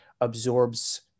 absorbs